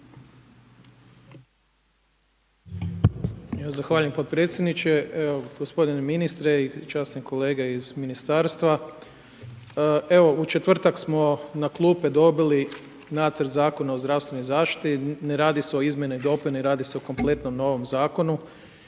Zahvaljujem potpredsjedniče. Gospodine ministre i časnim kolege iz ministarstva. U četvrtak smo na klupe dobili nacrt Zakona o zdravstvenoj zaštiti. Ne radi se o izmjeni i dopuni, radi se o kompletnom novom zakonu